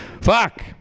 Fuck